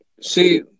See